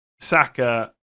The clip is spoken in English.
Saka